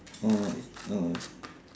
mm mm